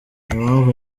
impamvu